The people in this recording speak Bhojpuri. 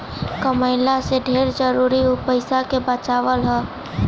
कमइला से ढेर जरुरी उ पईसा के बचावल हअ